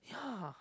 yeah